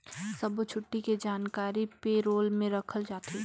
सब्बो छुट्टी के जानकारी पे रोल में रखल जाथे